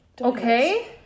Okay